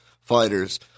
fighters